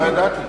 לא ידעתי.